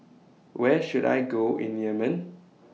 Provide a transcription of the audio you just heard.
Where should I Go in Yemen